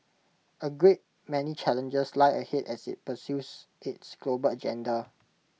A great many challenges lie ahead as IT pursues its global agenda